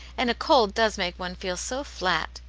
and a cold does make one feel so flat!